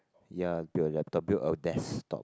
ya build a laptop build a desktop